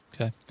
Okay